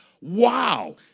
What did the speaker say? Wow